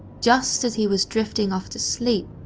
just as he was drifting off to sleep,